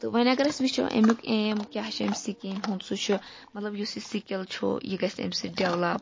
تہٕ وۄنۍ اگر أسۍ وٕچھو امیُک ایم کیاہ چھُ امہِ سِکیٖم ہُنٛد سُہ چھُ مَطلَب یُس یہِ سِکِل چھُ یہِ گَژھِ امہِ سۭتۍ ڈیٚولَپ